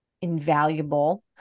invaluable